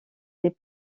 des